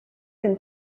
can